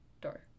door